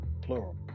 plural